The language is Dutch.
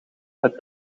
het